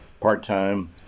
part-time